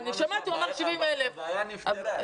אני שמעתי, הוא אמר 70,000. הבעיה נפתרה.